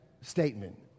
statement